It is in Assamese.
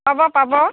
পাব পাব